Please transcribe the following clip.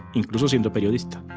incluso siendo periodista.